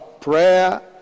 Prayer